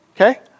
Okay